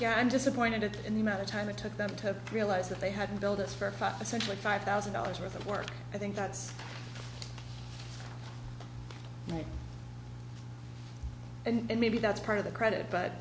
again i'm disappointed in the amount of time it took them to realize that they had billed us for five percent like five thousand dollars worth of work i think that's right and maybe that's part of the credit but